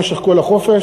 במשך כל החופש,